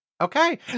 Okay